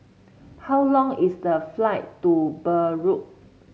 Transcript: how long is the flight to Beirut